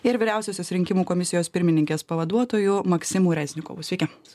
ir vyriausiosios rinkimų komisijos pirmininkės pavaduotoju maksimu reznikovu sveiki